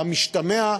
והמשתמע,